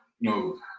no